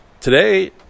today